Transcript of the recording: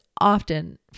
often